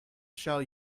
shall